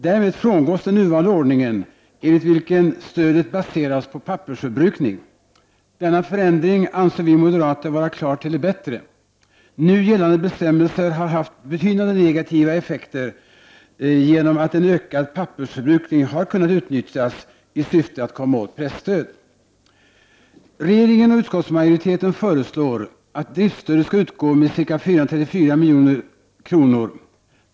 Därmed frångås den nuvarande ordningen enligt vilken stödet baseras på pappersförbrukning. Denna förändring anser vi moderater helt klart vara en förändring till det bättre. Nu gällande bestämmelser har haft betydande negativa effekter, eftersom en ökad pappersförbrukning har kunnat utnyttjas i syfte att komma åt presstöd. Regeringen och utskottsmajoriteten föreslår att driftsstödet skall utgå med ca 434 milj.kr.